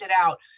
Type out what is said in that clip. out